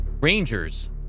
rangers